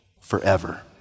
forever